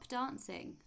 dancing